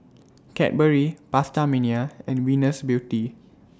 Cadbury PastaMania and Venus Beauty